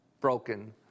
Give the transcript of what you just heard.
broken